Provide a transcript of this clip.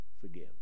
Forgive